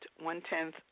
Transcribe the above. one-tenth